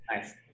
Nice